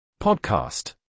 Podcast